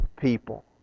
people